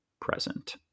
present